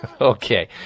Okay